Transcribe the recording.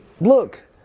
look